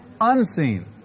unseen